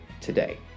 today